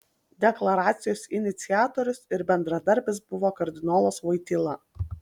deklaracijos iniciatorius ir bendradarbis buvo kardinolas voityla